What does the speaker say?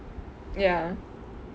ya